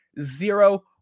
zero